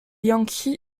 yankees